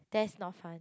that's not fun